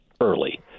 early